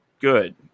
good